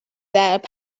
that